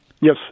Yes